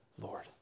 Lord